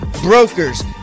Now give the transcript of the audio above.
brokers